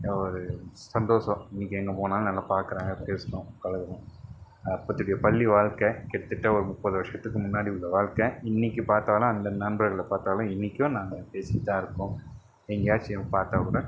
ஒரு சந்தோஷம் இன்னிக்கி எங்கே போனாலும் நல்ல பார்க்குறாங்க பேசுகிறோம் பழகுகிறோம் அப்பதிக்கு பள்ளி வாழ்க்கை கிட்டத்தட்ட ஒரு முப்பது வருஷத்துக்கு முன்னாடி உள்ள வாழ்க்கை இன்னிக்கி பார்த்தாலும் அந்த நண்பர்களை பார்த்தாலும் இன்னிக்கும் நாங்கள் பேசிகிட்டுதான் இருக்கோம் எங்கேயாச்சும் பார்த்தா கூட